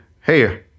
hey